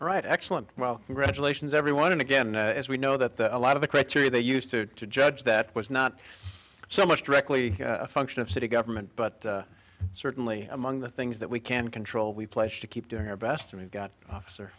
right excellent well congratulations everyone again as we know that a lot of the criteria they used to judge that was not so much directly a function of city government but certainly among the things that we can control we pledge to keep doing our best and we got officer